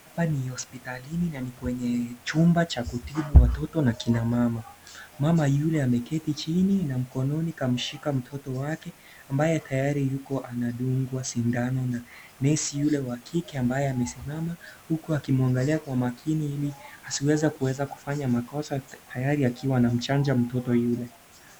Hapi ni hospitalini na ni kwenye chumba cha kutibu watoto na kina mama. Mama yule ameketi chini na mkononi kamshika mtoto wake ambaye yuko tayari anadungwa sindano na nesi yule wa kike ambaye amesimama huku akimwangalia kwa makini ili asiweze kifanya makosa tayari akiwa anamchanja mtoto yule.